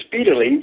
speedily